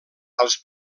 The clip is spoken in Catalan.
als